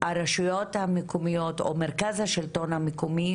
הרשויות המקומיות או מרכז השלטון המקומי,